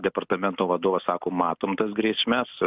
departamento vadovas sako matom tas grėsmes